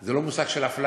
הדתיות אין מושג של אפליה.